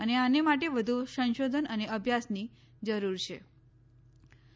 અને આને માટે વધુ સંશોધન અને અભ્યાસની જરૂર છિ